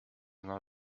not